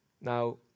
Now